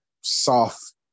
soft